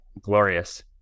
glorious